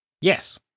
Yes